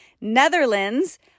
Netherlands